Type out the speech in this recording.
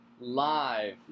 live